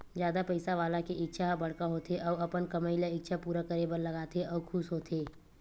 जादा पइसा वाला के इच्छा ह बड़का होथे अउ अपन कमई ल इच्छा पूरा करे बर लगाथे अउ खुस होथे